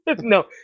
No